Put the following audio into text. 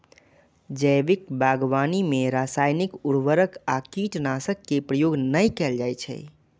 जैविक बागवानी मे रासायनिक उर्वरक आ कीटनाशक के प्रयोग नै कैल जाइ छै